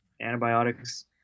Antibiotics